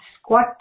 squat